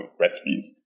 recipes